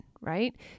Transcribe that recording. right